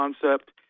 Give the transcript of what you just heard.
concept